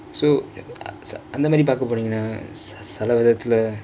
so uh அந்த மாதிரி பாக்கப்போனா சில வித்த்துல:andtha maathri paakaponingkanaa sila vithathula